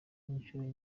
inshuro